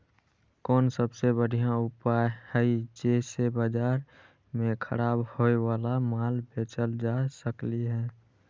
कोन सबसे बढ़िया उपाय हई जे से बाजार में खराब होये वाला माल बेचल जा सकली ह?